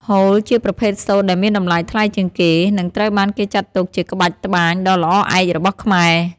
ហូល ជាប្រភេទសូត្រដែលមានតម្លៃថ្លៃជាងគេ និងត្រូវបានគេចាត់ទុកជាក្បាច់ត្បាញដ៏ល្អឯករបស់ខ្មែរ។